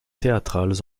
théâtrales